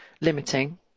limiting